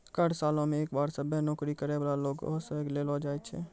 कर सालो मे एक बार सभ्भे नौकरी करै बाला लोगो से लेलो जाय छै